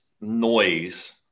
noise